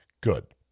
Good